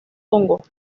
hongo